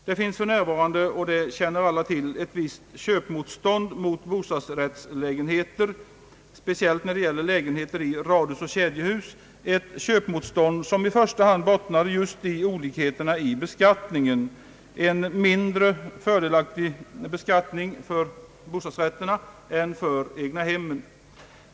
Det finns för närvande — som alla känner till — ett visst köpmotstånd mot bostadsrättslägenheter speciellt när det gäller radhus och kedjehus, ett köpmotstånd som i första hand bottnar i just olikheterna i beskattningen, dvs. mindre fördelaktig beskattning för bostadsrätterna än för egnahemmen.